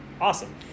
Awesome